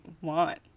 want